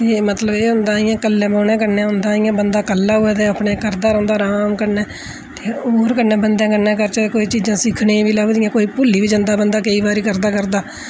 ते मतलब एह् होंदा इ'यां कल्ले बौह्ने कन्नै होंदा इ'यां बंदे कल्ले होऐ तां अपना करदा रौंह्दा अराम कन्नै खैर बंदे कन्नै करचै तां कुछ चीजां सिखनें ई लब्भदियां कोई भुल्ली बी जंदा बंदा केईं बारी करदा करदा